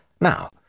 Now